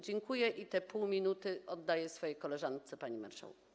Dziękuję i te pół minuty oddaję swojej koleżance, panie marszałku.